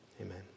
amen